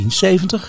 1970